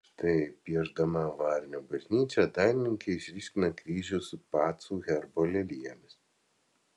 štai piešdama varnių bažnyčią dailininkė išryškina kryžių su pacų herbo lelijomis